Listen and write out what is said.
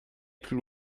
plus